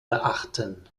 beachten